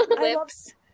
lips